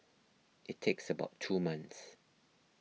it takes about two months